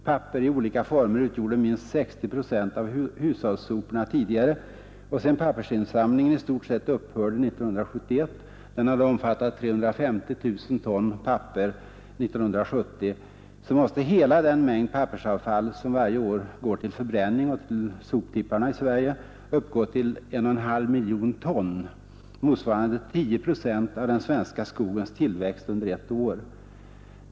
Papper i olika former utgjorde minst 60 procent av hushållssoporna tidigare, och sedan pappersinsamlingen i stort sett upphörde 1971 — den hade omfattat 350 000 ton papper 1970 — måste hela den mängd pappersavfall som varje år går till förbränning och till soptipparna i Sverige uppgå till 1,5 miljoner ton, motsvarande 10 procent av den svenska skogens tillväxt under ett år.